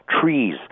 trees